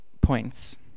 points